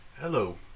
Hello